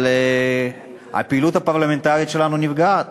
אבל הפעילות הפרלמנטרית שלנו נפגעת,